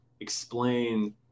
explain